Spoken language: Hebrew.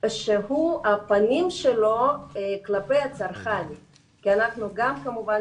שהפנים שלו כלפי הצרכן כי אנחנו גם כמובן